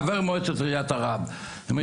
חבר מועצת עיריית ערד.